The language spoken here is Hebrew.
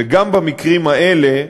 וגם במקרים האלה,